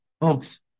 folks